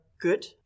good